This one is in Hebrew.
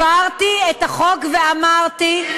הבהרתי את החוק ואמרתי,